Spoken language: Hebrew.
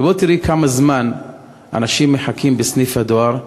ובואי תראי כמה זמן אנשים מחכים בסניף הדואר,